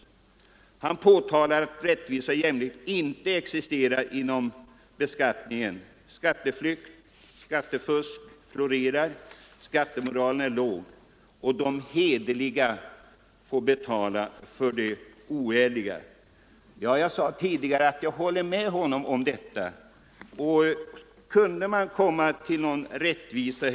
Herr Sjöholm påtalar att rättvisa och jämlikhet inte existerar inom beskattningen. Skatteflykt och skattefusk florerar, och skattemoralen är låg. De hederliga får betala för de oärliga. Som jag tidigare sade håller jag med herr Sjöholm om detta.